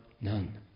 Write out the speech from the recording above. None